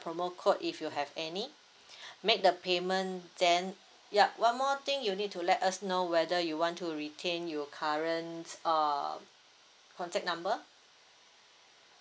promo code if you have any make the payment then yup one more thing you need to let us know whether you want to retain your current err contact number